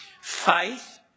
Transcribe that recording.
Faith